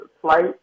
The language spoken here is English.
flight